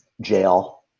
jail